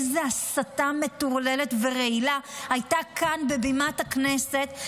איזו הסתה מטורללת ורעילה הייתה כאן מעל בימת הכנסת,